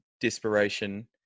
desperation